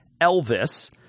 Elvis